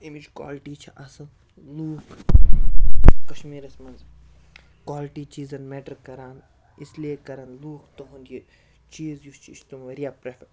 امِچ کالٹی چھِ اَصٕل لوٗکھ کشمیٖرَس منٛز کالٹی چیٖزَن مٮ۪ٹَر کَران اِسلیے کَرن لوٗکھ تُہُنٛد یہِ چیٖز یُس چھِ یہِ چھِ تِم واریاہ پرٛٮ۪فَر